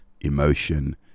emotion